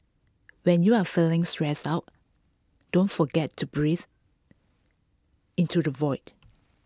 when you are feeling stressed out don't forget to breathe into the void